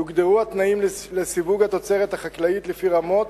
יוגדרו התנאים לסיווג התוצרת החקלאית לפי רמות